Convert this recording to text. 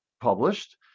published